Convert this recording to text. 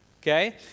okay